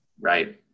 right